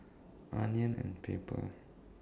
onion and paper